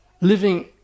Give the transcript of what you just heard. living